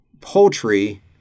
poultry